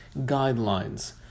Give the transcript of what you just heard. guidelines